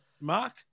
mark